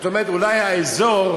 את אומרת: אולי האזור,